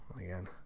again